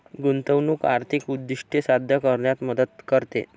गुंतवणूक आर्थिक उद्दिष्टे साध्य करण्यात मदत करते